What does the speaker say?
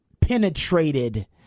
penetrated